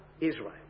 Israel